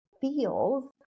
feels